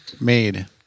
made